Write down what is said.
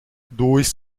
dois